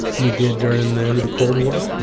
we did during the end of the cold war.